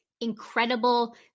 incredible